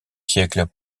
siècles